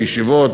לישיבות,